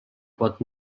but